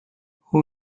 who